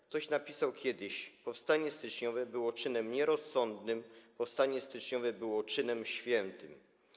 Ktoś napisał kiedyś: Powstanie styczniowe było czynem nierozsądnym, powstanie styczniowe było czynem świętym.